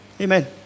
Amen